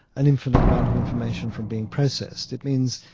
an infinite amount of information from being processed. it means,